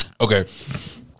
Okay